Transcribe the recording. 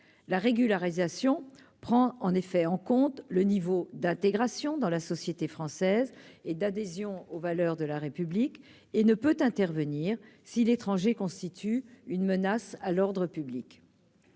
la régularisation prend en effet en compte le niveau d'intégration dans la société française et d'adhésion aux valeurs de la République et ne peut intervenir si l'étranger constitue une menace à l'ordre public,